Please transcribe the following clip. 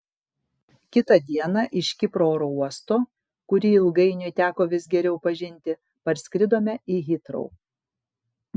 kitą dieną iš kipro oro uosto kurį ilgainiui teko vis geriau pažinti parskridome į hitrou